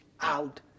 Out